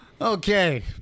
Okay